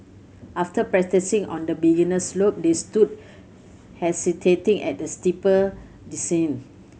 after practising on the beginner slope they stood hesitating at a steeper descent